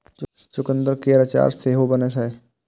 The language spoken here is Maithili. चुकंदर केर अचार सेहो बनै छै